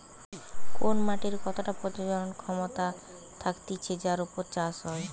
কোন মাটির কতটা প্রজনন ক্ষমতা থাকতিছে যার উপর চাষ হয়